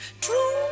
True